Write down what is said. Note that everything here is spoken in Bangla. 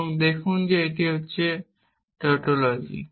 এবং দেখুন যে এটি টাউটোলজি